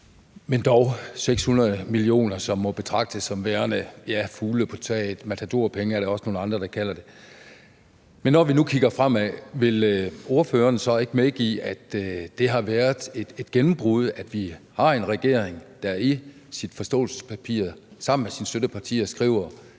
er dog 600 mio. kr., som må betragtes som værende, ja, fugle på taget; matadorpenge er der også nogle der kalder det. Men når vi nu kigger fremad, vil ordføreren så ikke medgive, at det har været et gennembrud, at vi har en regering, der i sit forståelsespapir sammen med sine støttepartier skriver,